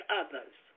others